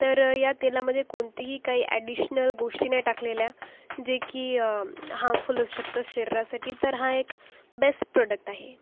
तर या तेलामध्ये कोणतीही काही ॲडिशनल गोष्ट नाही टाकलेल्या जे की हार्मफुल असू शकतात शरीरासाठी तर हा एक बेस्ट प्रॉडक्ट आहे